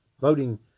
Voting